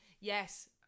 Yes